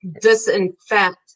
disinfect